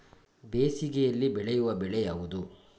ಬೇಸಿಗೆಯಲ್ಲಿ ಬೆಳೆಯುವ ಬೆಳೆ ಯಾವುದು?